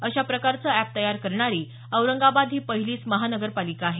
अशा प्रकारचं अॅप तयार करणारी औरंगाबाद ही पहिलीच महानगरपालिका आहे